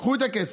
קחו את הכסף,